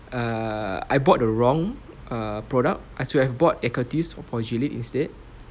err I bought the wrong err product I should have bought equities for gilead instead